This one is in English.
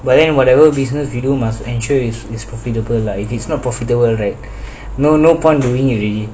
but then whatever business you do must ensure it is profitable lah if it's not profitable right no no point doing already